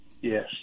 Yes